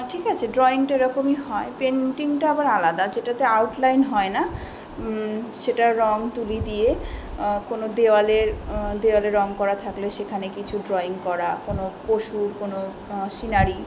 ঠিক আছে ড্রয়িংটা ওরকমই হয় পেন্টিংটা আবার আলাদা যেটাতে আউট লাইন হয় না সেটা রঙ তুলি দিয়ে কোনো দেওয়ালের দেওয়ালে রঙ করা থাকলে সেখানে কিছু ড্রয়িং করা কোনো পশু কোনো সিনারি